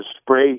spray